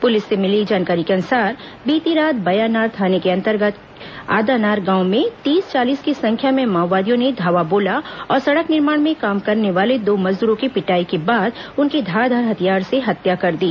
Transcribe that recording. police से मिली जानकारी के अनुसार बीती रात बयानार थाने के अंतर्गत के आदनार गांव में तीस चालीस की संख्या में माओवादियों ने धावा बोला और सड़क निर्माण में काम करने वाले दो मजदूरों की पिटाई के बाद उनकी धारदार हथियार से हत्या कर दी